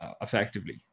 effectively